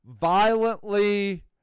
violently